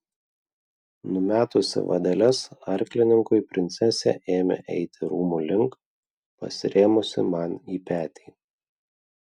numetusi vadeles arklininkui princesė ėmė eiti rūmų link pasirėmusi man į petį